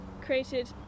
created